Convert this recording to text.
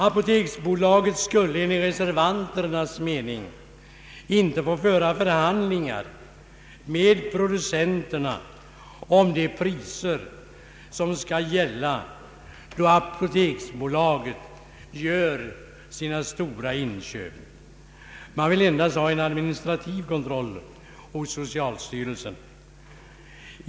Apoteksbolaget skulle enligt reservanternas mening inte få föra förhandlingar med producenterna om de priser som skall gälla då apoteksbolaget gör sina stora inköp. Man vill endast ha en administrativ kontroll hos socialstyrelsen.